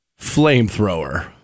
flamethrower